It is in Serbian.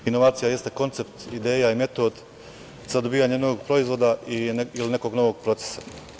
Inovacija jeste koncept ideja i metod za dobijanje novog proizvoda ili nekog novog procesa.